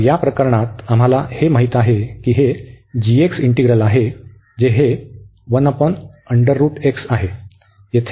तर या प्रकरणात आम्हाला हे माहित आहे की हे इंटीग्रल आहे जे हे